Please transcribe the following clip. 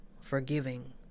forgiving